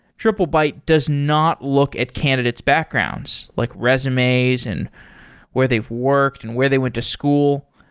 triplebyte does not look at candidate's backgrounds, like resumes and where they've worked and where they went to school.